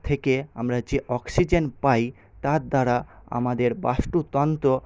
থেকে আমরা যে অক্সিজেন পাই তার দ্বারা আমাদের বাস্তুতন্ত্র